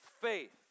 faith